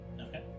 okay